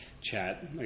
chat